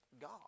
God